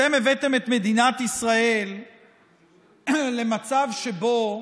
אתם הבאתם את מדינת ישראל למצב שבו